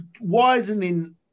widening